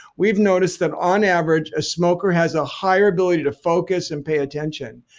we've noticed that on average, a smoker has a higher ability to focus and pay attention,